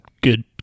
good